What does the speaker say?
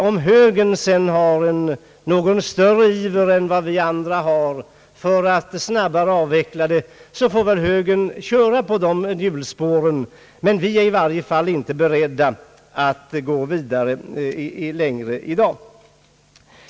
Om sedan högern har någon större iver än vi andra när det gäller att snabbt avveckla hyresregleringen så får väl högern köra i de hjulspåren — vi är i varje fall inte beredda att gå längre i dag.